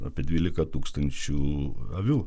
apie dvylika tūkstančių avių